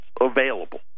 available